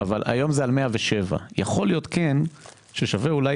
אבל היום זה על 107. יכול להיות ששווה אולי